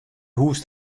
hûs